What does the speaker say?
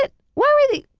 ah why were they.